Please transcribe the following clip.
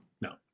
No